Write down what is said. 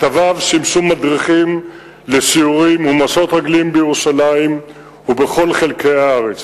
כתביו שימשו מדריכים לסיורים ומסעות רגליים בירושלים ובכל חלקי הארץ,